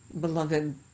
beloved